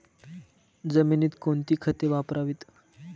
जमिनीत कोणती खते वापरावीत?